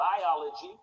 biology